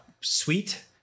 sweet